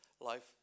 life